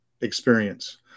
experience